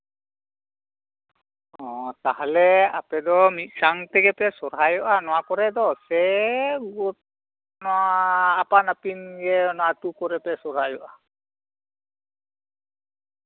ᱚᱻ ᱛᱟᱦᱞᱮ ᱟᱯᱮ ᱫᱚ ᱢᱤᱫ ᱥᱟᱝ ᱛᱮᱜᱮ ᱯᱮ ᱥᱚᱨᱦᱟᱭᱚᱜᱼᱟ ᱱᱚᱶᱟ ᱠᱚᱨᱮ ᱫᱚ ᱥᱮ ᱱᱚᱶᱟ ᱟᱯᱟᱱ ᱟᱯᱤᱱ ᱜᱮ ᱟᱹᱛᱩ ᱠᱚᱨᱮᱫ ᱯᱮ ᱥᱚᱨᱦᱟᱭᱚᱜᱼᱟ